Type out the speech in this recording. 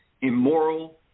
immoral